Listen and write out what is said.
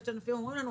אנשים אומרים לנו,